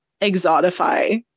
exotify